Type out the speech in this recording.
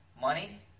money